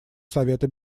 совета